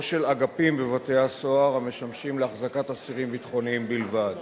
או של אגפים בבתי-הסוהר המשמשים להחזקת אסירים ביטחוניים בלבד.